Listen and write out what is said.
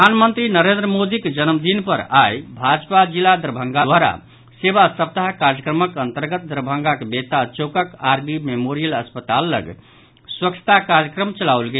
प्रधानमंत्री नरेन्द्र मोदीक जन्मदिन पर आई भाजपा जिला दरभंगा द्वारा सेवा सप्ताह कार्यक्रमक अंतर्गत दरभंगाक बेता चौकक आर बी मेमोरियल अस्पताल लऽग स्वच्छता कार्यक्रम चलाओल गेल